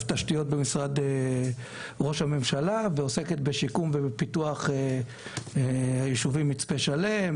התשתיות במשרד ראש הממשלה ועוסקת בשיקום ובפיתוח היישובים מצפה שלם,